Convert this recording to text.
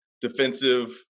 defensive